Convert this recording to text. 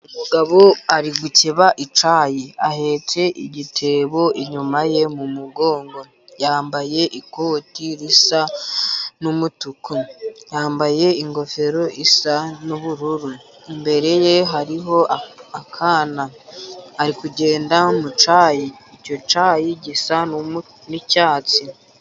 Umugabo ari gukeba icyayi, ahetse igitebo inyuma ye mu mugongo, yambaye ikoti risa n'umutuku, yambaye ingofero isa n'ubururu. Imbere ye hariho akana. Ari kugenda mu cyayi, icyo cyayi gisa n'icyatsi.